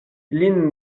lin